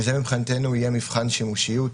וזה מבחינתנו יהיה מבחן שימושיות,